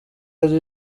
ari